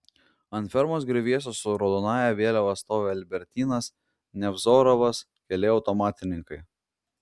ant fermos griuvėsių su raudonąja vėliava stovi albertynas nevzorovas keli automatininkai